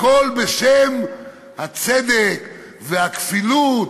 הכול בשם הצדק והכפילות,